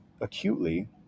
acutely